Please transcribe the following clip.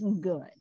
good